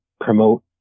promote